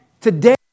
Today